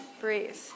breathe